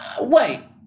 Wait